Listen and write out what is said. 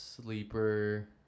Sleeper